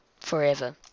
forever